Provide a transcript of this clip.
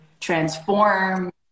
transform